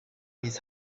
his